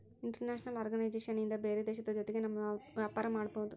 international organisation ಇಂದ ಬೇರೆ ದೇಶದ ಜೊತೆಗೆ ನಮ್ ವ್ಯಾಪಾರ ಮಾಡ್ಬೋದು